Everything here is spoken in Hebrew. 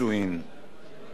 בשנים האחרונות